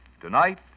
Tonight